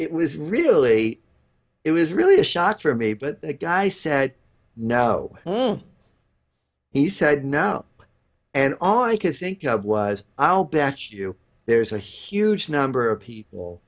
it was really it was really a shock for me but the guy said no he said no and all i could think of was i'll bet you there's a huge number of people